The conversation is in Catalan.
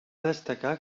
destacar